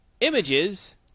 images